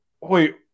wait